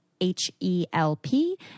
H-E-L-P